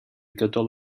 gydol